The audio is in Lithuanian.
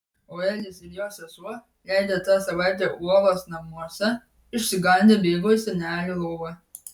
o elis ir jo sesuo leidę tą savaitę uolos namuose išsigandę bėgo į senelių lovą